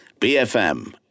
BFM